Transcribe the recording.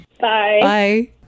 Bye